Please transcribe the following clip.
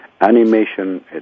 Animation